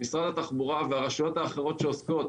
משרד התחבורה והרשויות האחרות שעוסקות